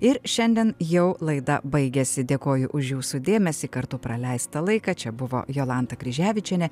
ir šiandien jau laida baigiasi dėkoju už jūsų dėmesį kartu praleistą laiką čia buvo jolanta kryževičienė